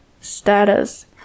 status